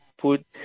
put